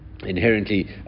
inherently